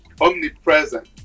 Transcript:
omnipresent